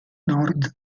nord